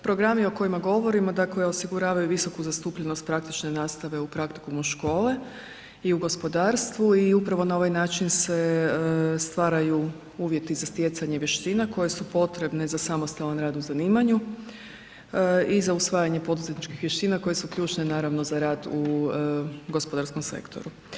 Programi o kojima govorimo dakle osiguravaju visoku zastupljenost praktične nastave u praktikumu škole i u gospodarstvu i upravo na ovaj način se stvaraju uvjeti za stjecanje vještina koje su potrebne za samostalan rad u zanimanju i za usvajanje poduzetničkih vještina koje su ključne naravno za rad u gospodarskom sektoru.